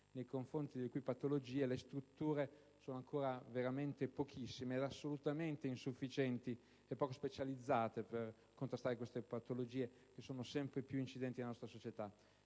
nei confronti di tali patologie le strutture sono ancora veramente pochissime, assolutamente insufficienti e poco specializzate per contrastare patologie sempre più incidenti nella nostra società.